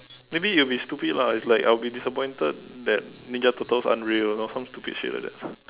maybe it will be stupid lah it's like I will be disappointed that Ninja Turtle aren't real or some stupid shit like that